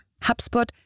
HubSpot